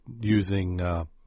using